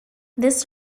this